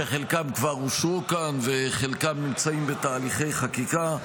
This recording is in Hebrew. שחלקם כבר אושרו כאן וחלקם נמצאים בתהליכי חקיקה,